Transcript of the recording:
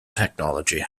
technology